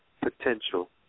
potential